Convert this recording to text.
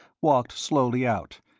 walked slowly out,